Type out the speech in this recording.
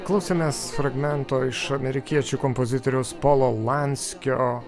klausėmės fragmento iš amerikiečių kompozitoriaus polo lanskio